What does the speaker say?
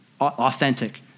authentic